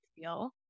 feel